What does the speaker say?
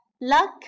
Luck